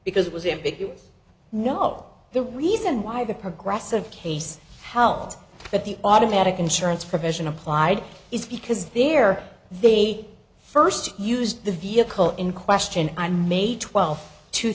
because it was a big you know the reason why the progressive case howled that the automatic insurance provision applied is because their they first used the vehicle in question i may twelfth two